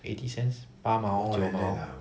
eighty cents 八毛九毛